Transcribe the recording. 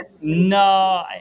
no